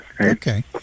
Okay